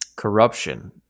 corruption